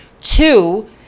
Two